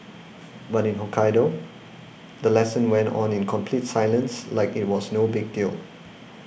but in Hokkaido the lesson went on in complete silence like it was no big deal